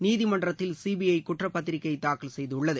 நீதிமன்றத்தில் சிபிஐ குற்றப்பத்திரிகை தாக்கல் செய்துள்ளது